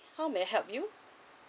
how may I help you